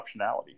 optionality